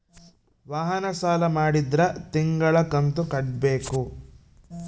ವಾಹನ ಸಾಲ ಮಾಡಿದ್ರಾ ತಿಂಗಳ ಕಂತು ಕಟ್ಬೇಕು